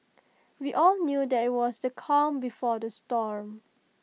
we all knew that IT was the calm before the storm